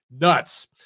nuts